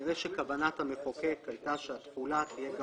נראה שכוונת המחוקק הייתה שהתחולה תהיה גם